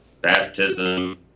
baptism